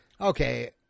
okay